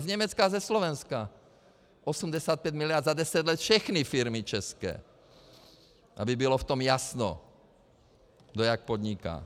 Z Německa a ze Slovenska 85 miliard za deset let všechny firmy české, aby bylo v tom jasno, kdo jak podniká.